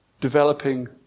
developing